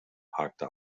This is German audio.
hakte